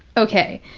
okay,